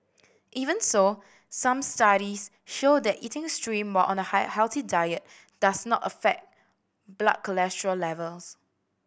even so some studies show that eating shrimp while on a healthy diet does not affect blood cholesterol levels